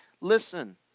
Listen